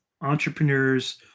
entrepreneurs